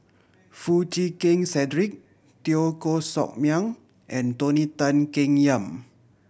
Foo Chee Keng Cedric Teo Koh Sock Miang and Tony Tan Keng Yam